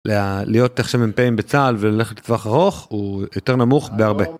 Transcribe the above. להיות עכשיו מ"פים בצה"ל וללכת לטווח ארוך הוא יותר נמוך בהרבה.